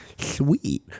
sweet